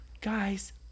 guys